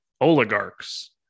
oligarchs